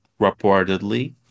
reportedly